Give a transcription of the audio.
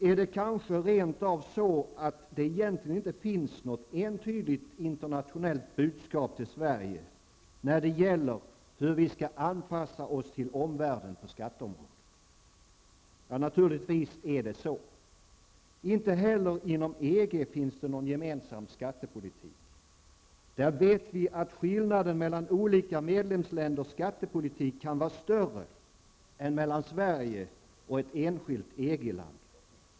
Är det kanske rent av så att det egentligen inte finns något entydigt internationellt budskap till Sverige när det gäller hur vi skall anpassa oss till omvärlden på skatteområdet? Naturligtvis är det så. Inte heller i EG finns det någon gemensam skattepolitik. Där kan skillnaderna mellan de olika medlemsländernas skattepolitik vara större än mellan Sverige och ett enskilt EG-land.